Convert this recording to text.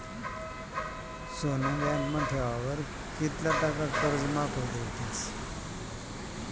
सोनं बँकमा ठेवावर कित्ला टक्का कर्ज माफ भेटस?